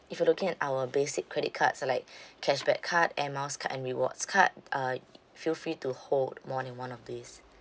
if you're looking at our basic credit cards like cashback card air miles card and rewards card uh feel free to hold more than one of these